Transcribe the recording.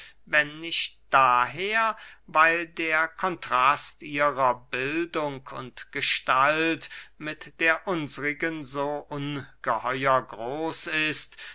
wenn nicht daher weil der kontrast ihrer bildung und gestalt mit der unsrigen so ungeheuer groß ist